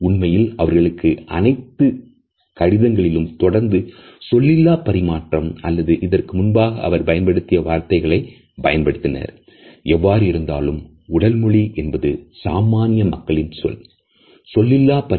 உண்மையில் அவர்களுடைய அனைத்து கடிதங்களிலும் தொடர்ந்து சொல்லிலா பரிமாற்றம் அல்லது இதற்கு முன்பாக அவர்கள் பயன்படுத்திய வார்த்தைகளை பயன்படுத்தினர்